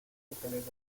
especiales